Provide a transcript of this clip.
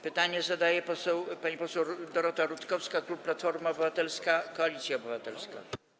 Pytanie zadaje pani poseł Dorota Rutkowska, klub Platforma Obywatelska - Koalicja Obywatelska.